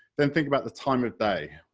then think about the time of day,